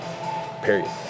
Period